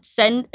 send